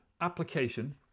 application